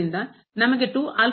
ಆದ್ದರಿಂದ ನಮಗೆ ಸಿಕ್ಕಿತು